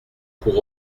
pour